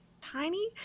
tiny